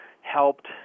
helped